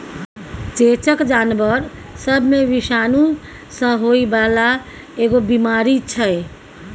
चेचक जानबर सब मे विषाणु सँ होइ बाला एगो बीमारी छै